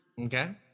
Okay